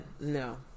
no